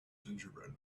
gingerbread